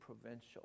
provincial